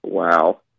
Wow